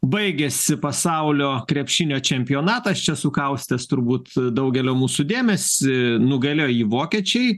baigėsi pasaulio krepšinio čempionatas čia sukaustęs turbūt daugelio mūsų dėmesį nugalėjo jį vokiečiai